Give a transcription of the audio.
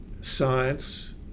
science